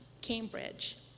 Cambridge